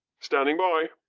standing by!